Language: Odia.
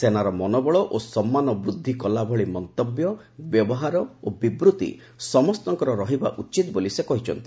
ସେନାର ମନୋବଳ ଓ ସମ୍ମାନ ବୂଦ୍ଧି କଲା ଭଳି ମନ୍ତବ୍ୟ ବ୍ୟବହାର ଓ ବିବୂତ୍ତି ସମସ୍ତଙ୍କର ରହିବା ଉଚିତ ବୋଲି ସେ କହିଛନ୍ତି